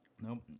Nope